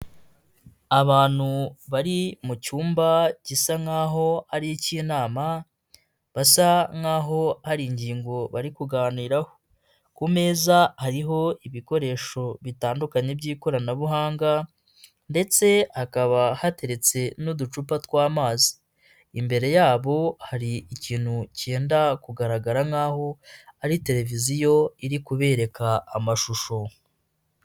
Abantu bari mucyumba gisa nk'aho ari icy'inama basa nk'aho hari ingingo bari kuganiraho . Ku meza hariho ibikoresho bitandukanye by'ikoranabuhanga ndetse hakaba hateretse n'uducupa tw'amazi. Imbere yabo hari ikintu cyenda kugaragara nk'aho ari televiziyo iri kubereka amashusho.